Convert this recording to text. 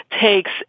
takes